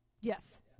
Yes